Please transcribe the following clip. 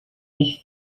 mich